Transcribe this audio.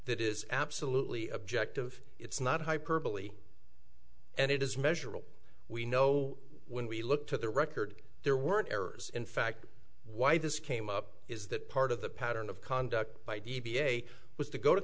that is absolutely objective it's not hyperbole and it is measurable we know when we looked at the record there weren't errors in fact why this came up is that part of the pattern of conduct by d b a was to go to